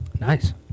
Nice